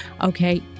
okay